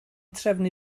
trefnu